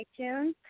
iTunes